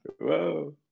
Whoa